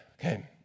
Okay